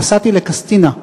נסעתי לקסטינה,